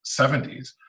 70s